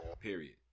Period